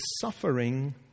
suffering